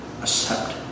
accept